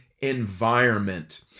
Environment